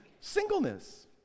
singleness